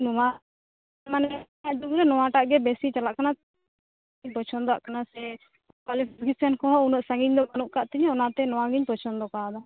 ᱱᱚᱣᱟ ᱢᱟᱱᱮ ᱡᱩᱜᱽ ᱨᱮ ᱱᱚᱭᱟᱴᱟᱜ ᱜᱮ ᱵᱮᱥᱤ ᱪᱟᱞᱟᱜ ᱠᱟᱱᱟ ᱯᱚᱪᱷᱚᱱᱫᱚᱜ ᱠᱟᱱᱟ ᱥᱮ ᱠᱚᱞᱮᱡᱽ ᱴᱤᱭᱩᱥᱚᱱ ᱠᱚᱦᱚᱸ ᱩᱱᱟ ᱜ ᱥᱟᱺᱜᱤᱧ ᱦᱚ ᱵᱟ ᱱᱩᱜ ᱟᱠᱟᱫ ᱛᱤᱧᱟ ᱚᱱᱟᱛᱮ ᱱᱚᱭᱟᱜᱮᱧ ᱯᱚᱪᱷᱚᱱᱫᱚ ᱠᱟᱣᱫᱟ